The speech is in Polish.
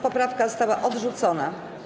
Poprawka została odrzucona.